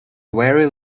very